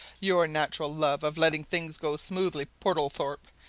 your natural love of letting things go smoothly, portlethorpe,